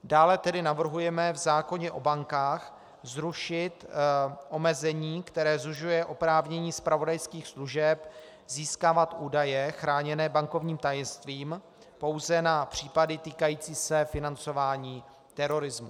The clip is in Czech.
Dále tedy navrhujeme v zákoně o bankách zrušit omezení, které zužuje oprávnění zpravodajských služeb získávat údaje chráněné bankovním tajemstvím pouze na případy týkající se financování terorismu.